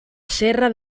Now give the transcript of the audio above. serra